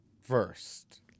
first